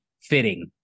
fitting